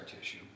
tissue